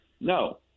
No